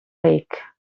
lake